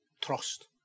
trust